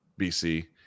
BC